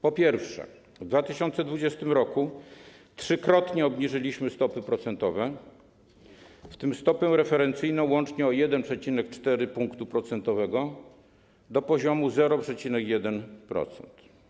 Po pierwsze, w 2020 r. trzykrotnie obniżyliśmy stopy procentowe, w tym stopę referencyjną łącznie o 1,4 punktu procentowego, do poziomu 0,1%.